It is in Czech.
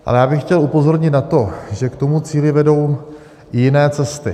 Ale já bych chtěl upozornit na to, že k tomu cíli vedou i jiné cesty.